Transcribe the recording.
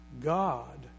God